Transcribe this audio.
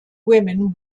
women